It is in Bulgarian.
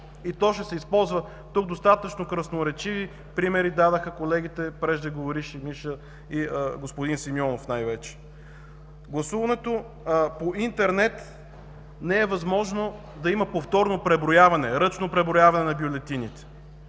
И то ще се използва. Тук достатъчно красноречиви примери дадоха преждеговорившите колеги и господин Симеонов най-вече. При гласуването по интернет не е възможно да има повторно преброяване, ръчно преброяване на бюлетините.